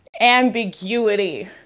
ambiguity